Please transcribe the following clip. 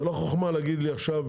זאת לא חוכמה להגיד לי עכשיו: